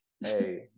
Hey